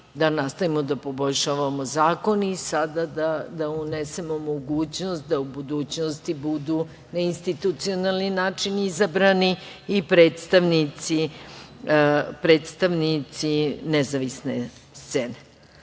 da nastavimo da poboljšavamo zakon i sada da unesemo mogućnost da u budućnosti budu na institucionalni način izabrani i predstavnici nezavisne scene. Vi